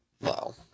Wow